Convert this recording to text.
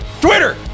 Twitter